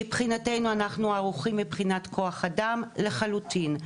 מבחינתנו אנחנו ערוכים מבחינת כוח אדם לחלוטין,